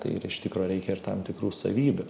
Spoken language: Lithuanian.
tai ir iš tikro reikia ir tam tikrų savybių